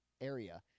area